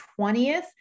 20th